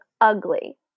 ugly